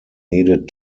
needed